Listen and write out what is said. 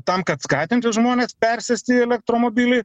tam kad skatinti žmones persėsti į elektromobilį